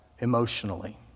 emotionally